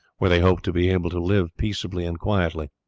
where they hoped to be able to live peaceably and quietly.